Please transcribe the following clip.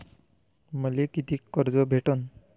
मले कितीक कर्ज भेटन?